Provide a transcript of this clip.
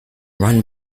run